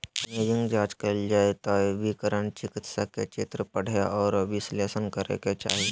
imaging जांच कइल जा हइ त विकिरण चिकित्सक के चित्र पढ़े औरो विश्लेषण करे के चाही